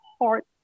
heart